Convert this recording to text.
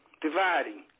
dividing